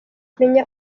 menya